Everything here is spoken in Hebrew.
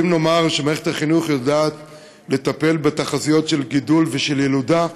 ואם נאמר שמערכת החינוך יודעת לטפל בתחזיות של גידול ושל ילודה,